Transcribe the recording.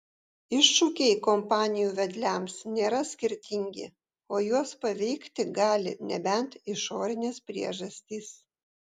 iššūkiai kompanijų vedliams nėra skirtingi o juos paveikti gali nebent išorinės priežastys